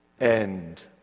end